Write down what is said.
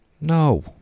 No